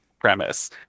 premise